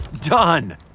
done